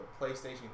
PlayStation